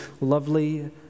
lovely